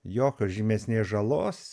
jokios žymesnės žalos